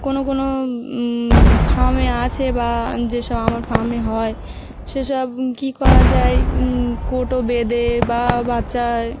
কোনো কোনো ফার্মে আছে বা যেসব আমার ফার্মে হয় সেসব কী করা যায় কৌটো বেঁধে বা বাচ্চায়